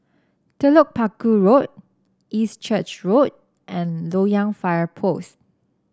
Telok Paku Road East Church Road and Loyang Fire Post